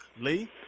Lee